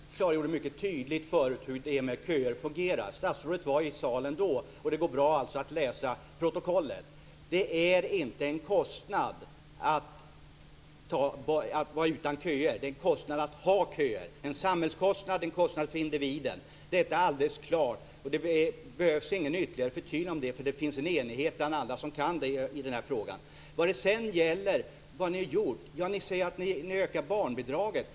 Fru talman! Jag klargjorde mycket tydligt förut hur det här med köer fungerar. Statsrådet var i salen då, och det går bra att läsa protokollet. Det är inte en kostnad att vara utan köer; det är en kostnad att ha köer - en samhällskostnad och en kostnad för individen. Detta är alldeles klart. Det behövs inget ytterligare förtydligande; det finns en enighet om detta bland alla som kan den här frågan. När det sedan gäller vad ni har gjort säger statsrådet att ni har ökat barnbidraget.